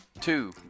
Two